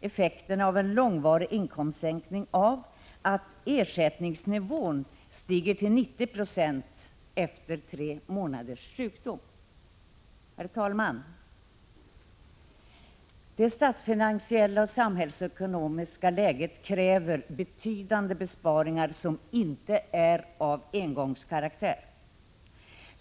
effekterna av en långvarig inkomstsänkning av att ersättningsnivån stiger till 90 70 efter tre månaders sjukdom. Herr talman! Det statsfinansiella och samhällsekonomiska läget kräver betydande besparingar som inte är av engångskaraktär.